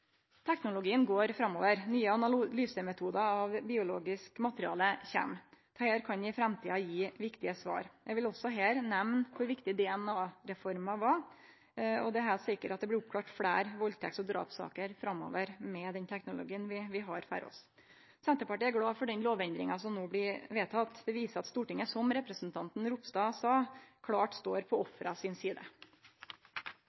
Teknologien går framover. Nye analysemetodar av biologisk materiale kjem. Dette kan i framtida gje viktige svar. Eg vil her nemne kor viktig DNA-reforma var. Det er heilt sikkert at det vil bli løyst fleire valdtekts- og drapssaker framover med den teknologien vi har framfor oss. Senterpartiet er glad for den lovendringa som no blir vedteke. Det viser at Stortinget, som representanten Ropstad sa, klart står på